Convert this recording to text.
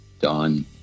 done